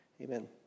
Amen